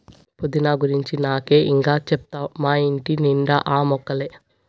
పుదీనా గురించి నాకే ఇం గా చెప్తావ్ మా ఇంటి నిండా ఆ మొక్కలే